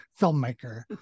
filmmaker